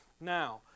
Now